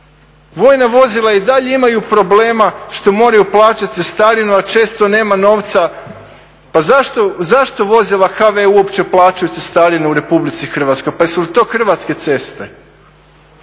Vojna vozila i dalje imaju problema što moraju plaćati cestarinu, a često nema novaca. Pa zašto vozila HV uopće plaćaju cestarinu u RH? Pa jesu li to Hrvatske ceste?